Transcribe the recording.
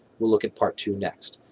we'll look at part two next.